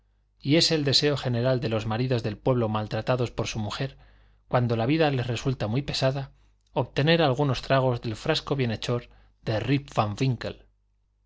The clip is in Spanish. y es el deseo general de los maridos del pueblo maltratados por su mujer cuando la vida les resulta muy pesada obtener algunos tragos del frasco bienhechor de rip van